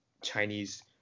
Chinese